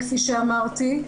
כפי שאמרתי.